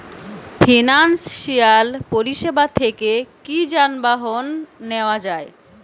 Financial পরিসেবা থেকে কি যানবাহন নেওয়া যায়?